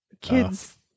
kids